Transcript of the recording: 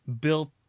built